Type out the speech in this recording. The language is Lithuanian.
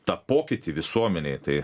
tą pokytį visuomenėje tai